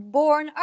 born